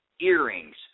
earrings